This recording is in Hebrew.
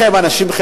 אדוני סגן השר,